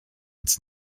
its